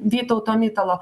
vytauto mitalo